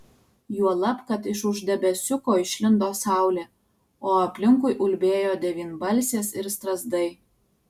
juolab kad iš už debesiuko išlindo saulė o aplinkui ulbėjo devynbalsės ir strazdai